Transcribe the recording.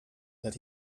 that